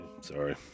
Sorry